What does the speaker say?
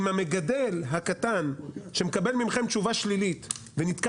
אם המגדל הקטן שמקבל מכם תשובה שלילית ונתקע